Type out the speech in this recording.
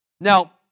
Now